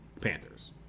Panthers